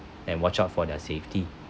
and watch out for their safety